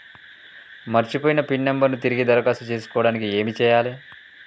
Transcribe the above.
మర్చిపోయిన pin number ను తిరిగి దరఖాస్తు చేసుకోవడానికి ఏమి చేయాలే?